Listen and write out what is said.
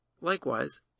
Likewise